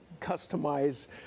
customize